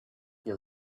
you